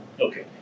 Okay